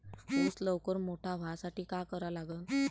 ऊस लवकर मोठा व्हासाठी का करा लागन?